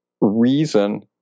reason